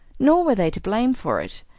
nor were they to blame for it.